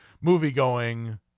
movie-going